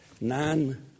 nine